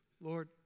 Lord